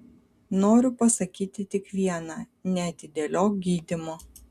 noriu pasakyti tik viena neatidėliok gydymo